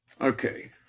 Okay